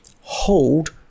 hold